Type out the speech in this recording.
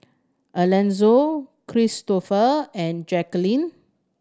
Elonzo Kristofer and Jacquelynn